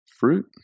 fruit